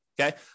Okay